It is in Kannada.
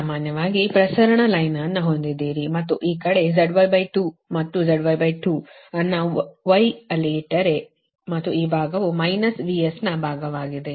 ಸಾಮಾನ್ಯವಾಗಿ ಪ್ರಸರಣ ರೇಖೆಯನ್ನು ಹೊಂದಿದ್ದೀರಿ ಮತ್ತು ಈ ಕಡೆZ2 ಮತ್ತು Z2 ಅನ್ನು Y ಅಲ್ಲಿ ಇಟ್ಟರೆ ಮತ್ತು ಈ ಭಾಗವು ಮೈನಸ್ VS ನ ಭಾಗವಾಗಿದೆ